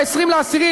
ב-20 באוקטובר,